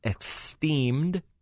esteemed